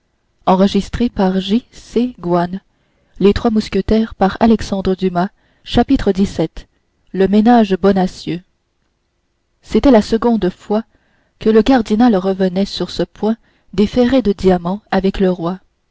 chapitre xvii le ménage bonacieux c'était la seconde fois que le cardinal revenait sur ce point des ferrets de diamants avec le roi